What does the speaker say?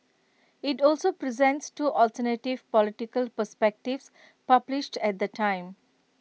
IT also presents two alternative political perspectives published at the time